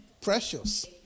precious